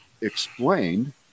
explained